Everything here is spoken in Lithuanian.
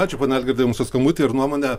ačiū pone algirdai jums už skambutį ir nuomonę